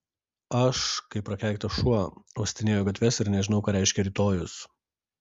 aš kaip prakeiktas šuo uostinėju gatves ir nežinau ką reiškia rytojus